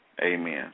Amen